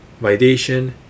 validation